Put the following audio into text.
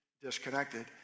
disconnected